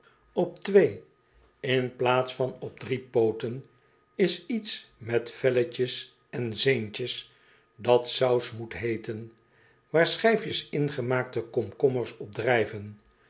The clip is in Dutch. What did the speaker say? op twee in plaats van op drie pooten is iets met velletjes en zeentjes dat saus moet heeten waar schijfjes ingemaakte komkommers op